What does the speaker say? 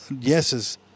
yeses